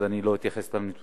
אז אני לא אתייחס לנתונים.